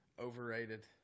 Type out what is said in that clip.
Overrated